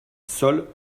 seule